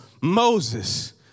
Moses